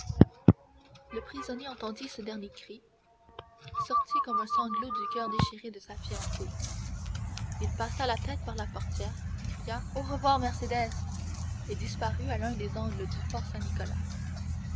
le prisonnier entendit ce dernier cri sorti comme un sanglot du coeur déchiré de sa fiancée il passa la tête par la portière cria au revoir mercédès et disparut à l'un des angles du fort